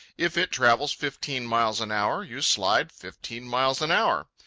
if it travels fifteen miles an hour, you slide fifteen miles an hour.